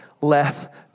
left